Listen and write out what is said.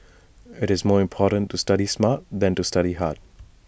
IT is more important to study smart than to study hard